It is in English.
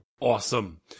Awesome